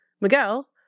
Miguel